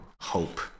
hope